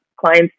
clients